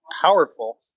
powerful